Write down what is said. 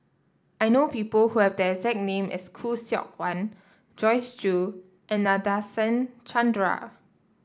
I know people who have the exact name as Khoo Seok Wan Joyce Jue and Nadasen Chandra